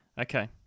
Okay